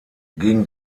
gegen